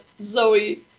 Zoe